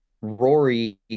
Rory